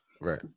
Right